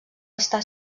estar